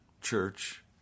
church